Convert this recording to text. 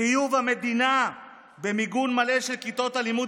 חיוב המדינה במיגון מלא של כיתות הלימוד